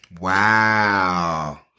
Wow